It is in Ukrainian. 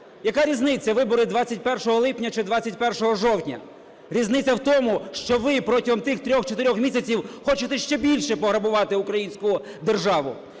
Яка різниця: вибори 21 липня чи 21 жовтня? Різниця в тому, що ви протягом тих 3-4 місяців хочете ще більше пограбувати українську державу.